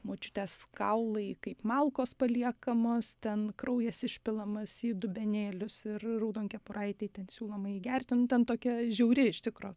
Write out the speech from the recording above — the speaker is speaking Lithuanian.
močiutės kaulai kaip malkos paliekamos ten kraujas išpilamas į dubenėlius ir raudonkepuraitei ten siūloma jį gerti nu ten tokia žiauri iš tikro